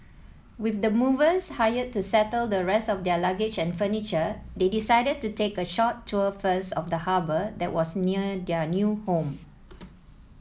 with the movers hired to settle the rest of their luggage and furniture they decided to take a short tour first of the harbour that was near their new home